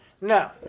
No